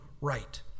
right